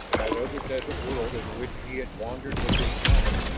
that other desert world in which he had wandered with his kind,